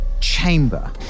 Chamber